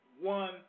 one